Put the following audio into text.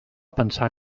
pensar